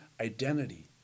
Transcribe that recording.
identity